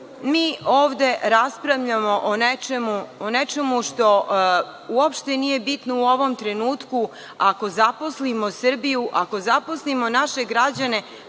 mi ovde raspravljamo o nečemu što uopšte nije bitno u ovom trenutku. Ako zaposlimo Srbiju, ako zaposlimo naše građane,